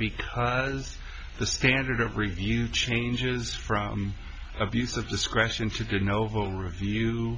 because the standard of review changes from abuse of discretion should good novo review